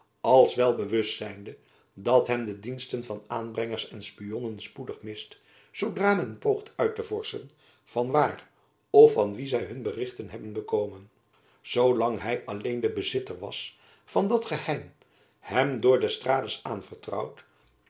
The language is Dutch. als wel bewust zijnde dat men de diensten van aanbrengers en spionnen spoedig mist zoodra men poogt uit te vorschen van waar of van wie zy hun berichten hebben bekomen zoo lang hy alleen de bezitter was van dat geheim hem door d'estrades aanvertrouwd